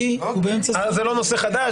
זה לא נושא חדש,